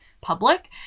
public